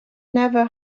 never